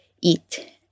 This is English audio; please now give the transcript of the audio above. eat